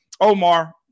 omar